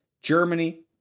Germany